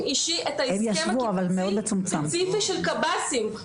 אישי את ההסכם הקיבוצי ספציפי של קב"סים.